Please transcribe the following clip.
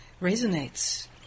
resonates